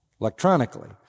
electronically